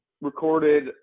recorded